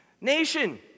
Nation